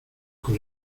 con